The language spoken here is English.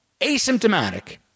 asymptomatic